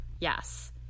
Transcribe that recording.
yes